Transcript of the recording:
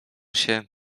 się